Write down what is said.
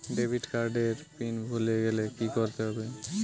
Debit card এর PIN ভুলে গেলে কি করতে হবে?